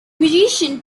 musician